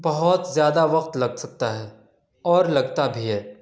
بہت زیادہ وقت لگ سکتا ہے اور لگتا بھی ہے